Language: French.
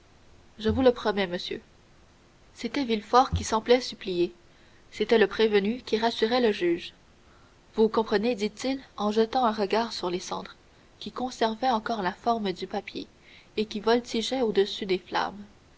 je vous le promets monsieur c'était villefort qui semblait supplier c'était le prévenu qui rassurait le juge vous comprenez dit-il en jetant un regard sur les cendres qui conservaient encore la forme du papier et qui voltigeaient au-dessus des flammes